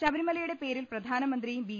ശബരിമലയുടെ പേരിൽ പ്രധാനമ ന്ത്രിയും ബി